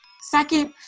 Second